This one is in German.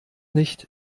nicht